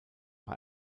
bei